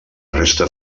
resta